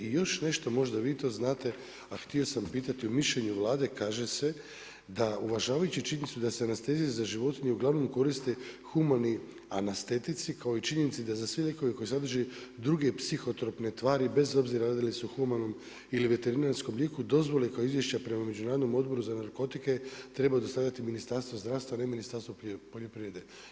I još nešto, možda vi to znate, a htio sam pitati, u mišljenju Vlade kaže se da uvažavajući činjenicu da se anestezija za životinje uglavnom koriste humani anestetici kao i činjenica da za sve lijekove koji sadrže druge psihotropne tvari bez obzira radi li se o humanom ili veterinarskom lijeku dozvole kao izvješća prema Međunarodnom odboru za narkotike treba dostavljati Ministarstvo zdravstva, a ne Ministarstvo poljoprivrede.